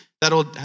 that'll